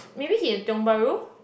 maybe he at Tiong-Bahru